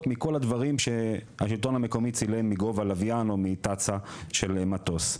מכל הדברים שהשלטון המקומי צילם מגובה לוויין או מתצ"א של מטוס.